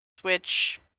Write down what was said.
Switch